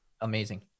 amazing